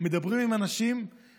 מדברים עם אנשים,